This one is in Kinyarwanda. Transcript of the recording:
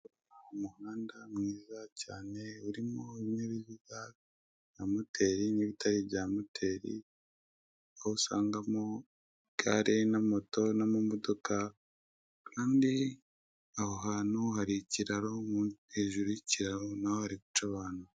Umuhanda mwiza cyane urimo ibinyabiziga bya moteli nibitari ibya moteli aho usangamo igare na moto n'amamodoko kandi aho hantu hari ikiraro hejuru y'ikiraro naho hari guca abantu.